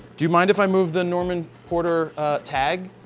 do you mind if i move the norman porter tag?